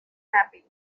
happy